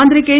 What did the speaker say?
മന്ത്രി കെ